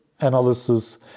analysis